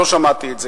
לא שמעתי את זה.